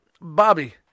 Bobby